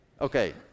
okay